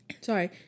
sorry